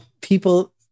people